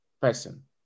person